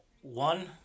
one